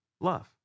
Love